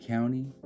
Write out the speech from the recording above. County